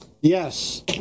Yes